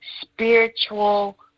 spiritual